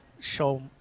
show